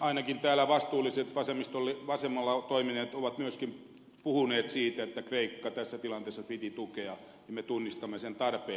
ainakin täällä vastuulliset vasemmalla toimineet ovat myöskin puhuneet siitä että kreikkaa tässä tilanteessa piti tukea ja me tunnistamme sen tarpeen